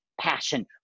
passion